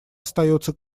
остается